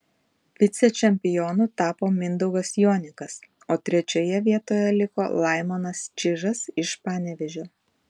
vicečempionu tapo mindaugas jonikas o trečioje vietoje liko laimonas čyžas iš panevėžio